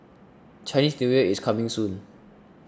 Chinese New Year is coming soon